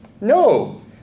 No